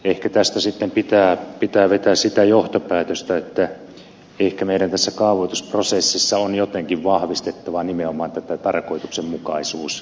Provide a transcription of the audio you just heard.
ehkä tästä sitten pitää vetää sitä johtopäätöstä että ehkä meidän tässä kaavoitusprosessissa on jotenkin vahvistettava nimenomaan tätä tarkoituksenmukaisuusharkintaa